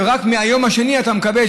ורק מהיום השני אתה מקבל,